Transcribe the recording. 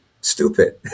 stupid